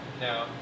No